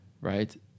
right